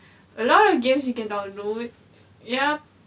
a lot of games you can download yup